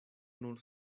nur